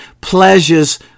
pleasures